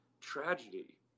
tragedy